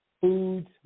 foods